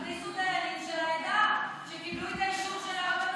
תכניסו דיינים של העדה שקיבלו את האישור של הרבנות,